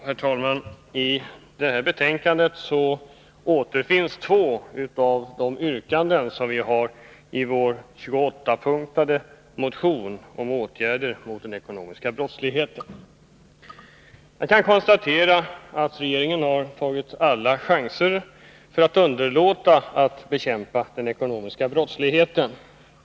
Herr talman! I detta betänkande återfinns två yrkanden från vår motion om åtgärder mot den ekonomiska brottsligheten, vilken innehåller 28 punkter. Jag kan konstatera att regeringen har tagit alla chanser att underlåta att bekämpa den ekonomiska brottsligheten.